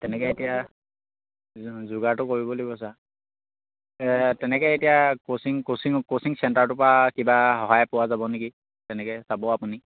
তেনেকে এতিয়া যোগাৰটো কৰিব লাগিব ছাৰ তেনেকে এতিয়া ক'চিং ক'চিং ক'চিং চেণ্টাৰটোৰ পৰা কিবা সহায় পোৱা যাব নেকি তেনেকে চাব আপুনি